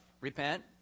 Repent